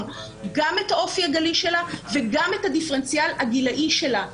גם את האופי הגלי שלה וגם את הדיפרנציאל הגילאי שלה.